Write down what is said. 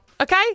okay